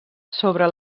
sobre